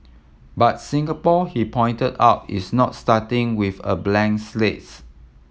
but Singapore he pointed out is not starting with a blank slates